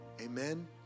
Amen